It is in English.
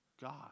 God